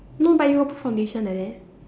no but you got put foundation like that